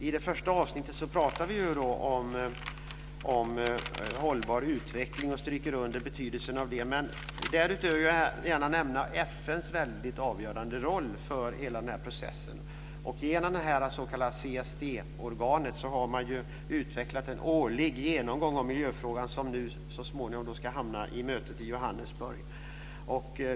I det första avsnittet talar vi om hållbar utveckling och understryker betydelsen av den. Därutöver vill jag gärna nämna FN:s väldigt avgörande roll för hela processen. Genom CSD organet har man utvecklat en årlig genomgång av miljöfrågan, som nu så småningom ska hamna i mötet i Johannesburg.